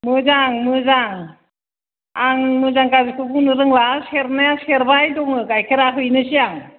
मोजां मोजां आं मोजां गाज्रिखौ बुंनो रोंला सेरनाया सेरबाय दङ गाइखेरा हैनोसै आं